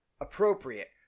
appropriate